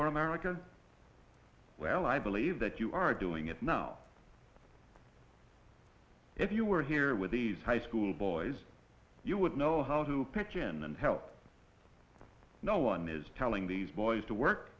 for america well i believe that you are doing it now if you were here with these high school boys you would know how to pitch in and help no one is telling these boys to work